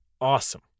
Awesome